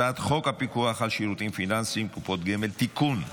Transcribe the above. הצעת חוק הפיקוח על שירותים פיננסיים (קופות גמל) (תיקון,